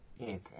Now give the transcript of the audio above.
Okay